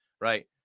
right